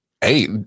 Hey